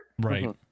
right